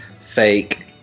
fake